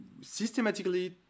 systematically